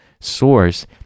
source